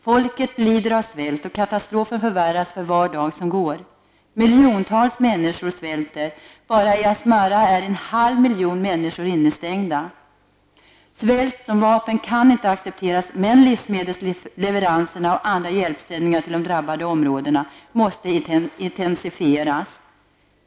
Folket lider av svält, och katastrofen förvärras för var dag som går. Miljontals människor svälter. Bara i Asmara är en halv miljon människor innestängda. Svält som vapen kan inte accepteras, och livsmedelsleveranser och andra hjälpsändningar till de drabbade områdena måste intensifieras.